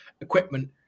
equipment